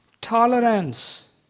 Tolerance